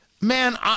man